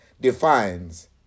defines